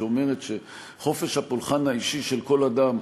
שאומרת שחופש הפולחן האישי של כל אדם,